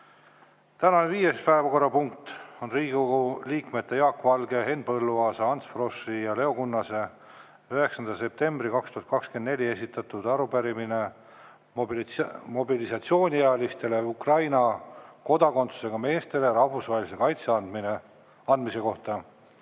Tänane viies päevakorrapunkt on Riigikogu liikmete Jaak Valge, Henn Põlluaasa, Ants Froschi ja Leo Kunnase 9. septembril 2024 esitatud arupärimine mobilisatsiooniealistele Ukraina kodakondsusega meestele rahvusvahelise kaitse andmise kohta,